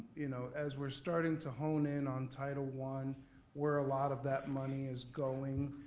you know as we're starting to hone in on title one where a lot of that money is going.